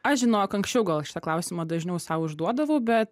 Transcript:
aš žinok anksčiau gal šitą klausimą dažniau sau užduodavau bet